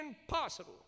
impossible